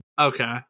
Okay